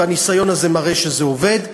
הניסיון הזה מראה שזה עובד,